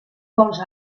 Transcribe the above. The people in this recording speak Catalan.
vols